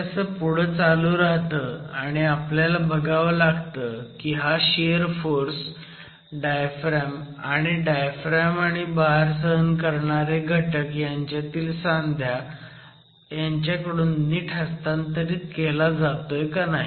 हे असं पुढं चालू राहतं आणि आपल्याला बघावं लागतं की हा शियर फोर्स डायफ्रॅम आणि डायफ्रॅम आणि भार सहन करणारे घटक ह्यांच्यातील सांध्यांकडून नीट हस्तांतरित केला जातोय का नाही